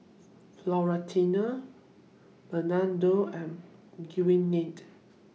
Florentino Bernardo and Gwyneth